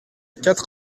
quatre